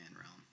realm